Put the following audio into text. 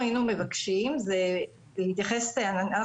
בוקר טוב,